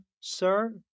sir